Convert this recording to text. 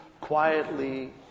quietly